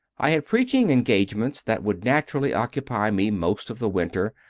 i had preaching engagements that would naturally occupy me most of the winter,